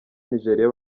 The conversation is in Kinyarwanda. nigeria